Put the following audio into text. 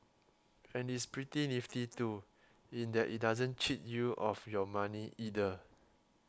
and it's pretty nifty too in that it doesn't cheat you of your money either